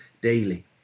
daily